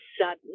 sudden